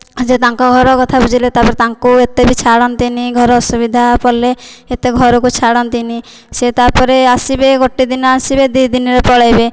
ସେ ତାଙ୍କ ଘର କଥା ବୁଝିଲେ ତାପରେ ତାଙ୍କୁ ଏତେ ବି ଛାଡ଼ନ୍ତି ନାହିଁ ଘରେ ଅସୁବିଧା ପଡ଼ିଲେ ଏତେ ଘରକୁ ଛାଡ଼ନ୍ତି ନାହିଁ ସେ ତାପରେ ଆସିବେ ଗୋଟିଏ ଦିନ ଆସିବେ ଦୁଇ ଦିନରେ ପଳାଇବେ